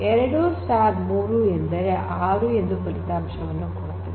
2 3 ಎಂದು ಕೊಟ್ಟರೆ 6 ಎಂದು ಫಲಿತಾಂಶವನ್ನು ಕೊಡುತ್ತದೆ